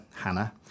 Hannah